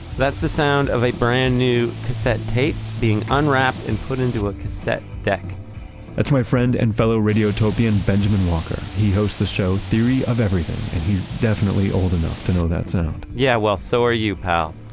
that's the sound of a brand new cassette tape being unwrapped and put into a cassette deck that's my friend and fellow radiotopian, benjamen walker. he hosts the show, theory of everything and he's definitely old enough to know that sound yeah well, so are you, pal